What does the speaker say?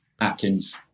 Atkins